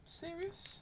Serious